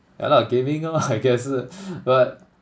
ya lah gaming lor I guess but